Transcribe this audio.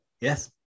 Yes